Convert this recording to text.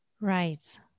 Right